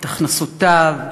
את הכנסותיו,